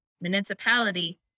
municipality